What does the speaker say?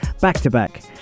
back-to-back